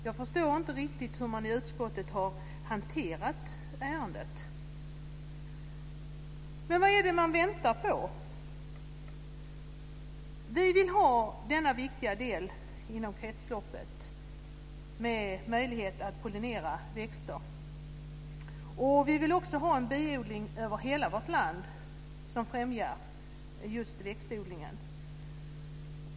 Jag förstår inte riktigt hur utskottet har hanterat ärendet. Vad är det man väntar på? Vi vill ha denna viktiga del i kretsloppet, dvs. möjligheten att pollinera växter. Vi vill också ha en biodling över hela vårt land som främjar växtodlingen.